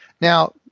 Now